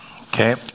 Okay